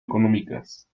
económicas